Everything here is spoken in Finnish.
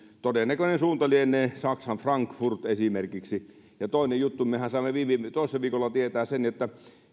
todennäköinen suunta lienee saksan frankfurt esimerkiksi toinen juttu mehän saimme toissa viikolla tietää sen että